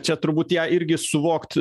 čia turbūt ją irgi suvokt